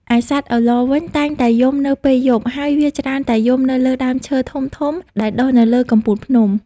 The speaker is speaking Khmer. ឯសត្វឪឡវិញ តែងតែយំនៅពេលយប់ ហើយវាច្រើនតែយំនៅលើដើមឈើធំៗដែលដុះនៅលើកំពូលភ្នំ។